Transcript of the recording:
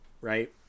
right